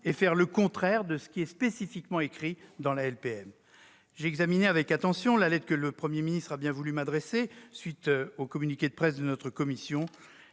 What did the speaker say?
et faire le contraire de ce qui est spécifiquement prévu dans la LPM ? J'ai lu avec attention la lettre que le Premier ministre a bien voulu m'adresser à la suite du communiqué de presse de notre commission.